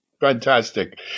Fantastic